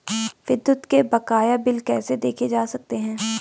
विद्युत के बकाया बिल कैसे देखे जा सकते हैं?